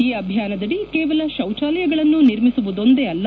ಈ ಅಭಿಯಾನದಡಿ ಕೇವಲ ಶೌಚಾಲಯಗಳನ್ನು ನಿರ್ಮಿಸುವುದೊಂದೇ ಅಲ್ಲ